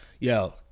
yo